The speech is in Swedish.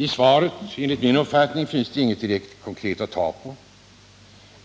I svaret finns det enligt min uppfattning inget konkret att ta fasta på,